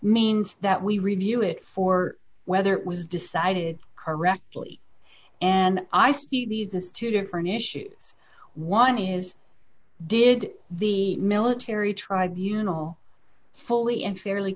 means that we review it for whether it was decided correctly and i see this two different issues one is did the military tribunals fully and fairly